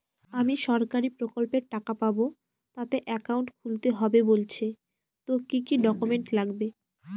আমি সরকারি প্রকল্পের টাকা পাবো তাতে একাউন্ট খুলতে হবে বলছে তো কি কী ডকুমেন্ট লাগবে?